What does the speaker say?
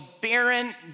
barren